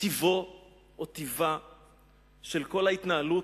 טיבה של כל ההתנהלות,